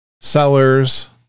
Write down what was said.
sellers